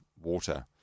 water